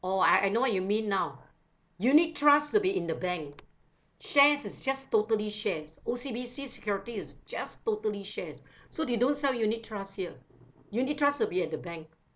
oh I I know what you mean now unit trusts to be in the bank shares is just totally shares O_C_B_C securities just totally shares so they don't sell unit trust here unit trust will be at the bank